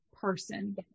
person